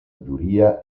giuria